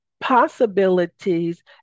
possibilities